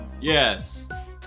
Yes